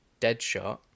Deadshot